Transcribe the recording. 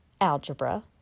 Algebra